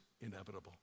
inevitable